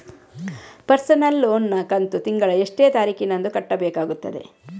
Personal loan ನ ಕಂತು ತಿಂಗಳ ಎಷ್ಟೇ ತಾರೀಕಿನಂದು ಕಟ್ಟಬೇಕಾಗುತ್ತದೆ?